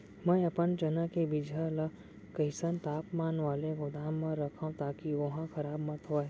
मैं अपन चना के बीजहा ल कइसन तापमान वाले गोदाम म रखव ताकि ओहा खराब मत होवय?